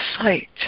sight